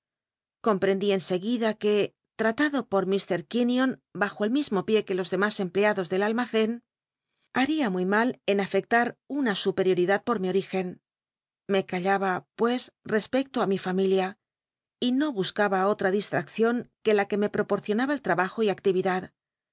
en seguida que llatado por m que bajo el mismo pié que los demas empleados del almacen hal'ia muy mal on afecta r una supecspecto rioridad por mi origen me callaba pues á mi familia y no buscaba otm distraccion que la que me pl'oporcionaba el trabajo y actil'idad